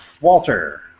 Walter